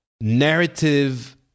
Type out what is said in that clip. narrative